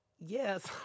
Yes